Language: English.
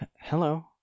Hello